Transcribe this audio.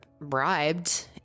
bribed